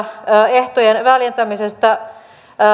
ehtojen väljentämisestä